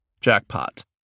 Jackpot